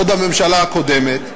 עוד הממשלה הקודמת,